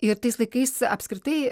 ir tais laikais apskritai